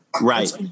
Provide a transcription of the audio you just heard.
Right